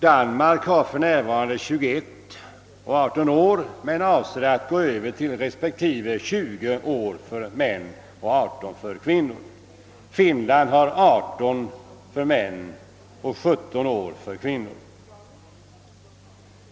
Danmark har för närvarande 21 respektive 18 år men avser att gå över till 20 respektive 18 år. Finland har 18 år för män och 17 år för kvinnor.